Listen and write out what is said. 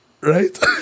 Right